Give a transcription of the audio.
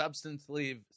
substantively